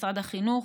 משרד החינוך,